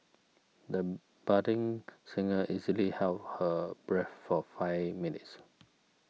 the budding singer easily held her breath for five minutes